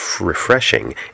refreshing